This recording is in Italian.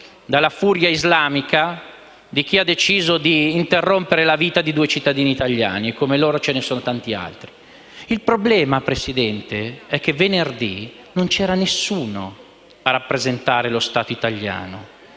dalla furia islamica di chi ha deciso di interrompere la vita di due cittadini italiani. E come loro ce ne sono tanti altri. Il problema, signora Presidente, è che venerdì non c'era nessuno a rappresentare lo Stato italiano.